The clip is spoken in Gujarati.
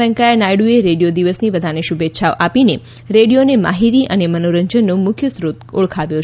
વેકૈયા નાયડુએ રેડીયો દિવસની બધાને શુભેચ્છા આપીને રેડિયોને માહિતી અને મનોરંજનનો મુખ્ય સ્ત્રોત તરીકે ઓળખાવ્યો છે